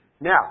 Now